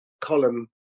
column